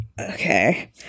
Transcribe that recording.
Okay